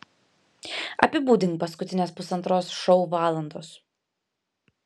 apibūdink paskutines pusantros šou valandos